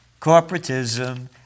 Corporatism